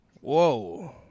Whoa